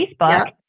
facebook